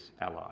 ally